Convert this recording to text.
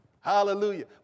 Hallelujah